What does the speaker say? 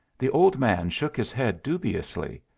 the old man shook his head dubiously.